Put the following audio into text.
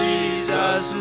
Jesus